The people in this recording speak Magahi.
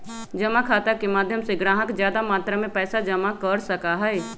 जमा खाता के माध्यम से ग्राहक ज्यादा मात्रा में पैसा जमा कर सका हई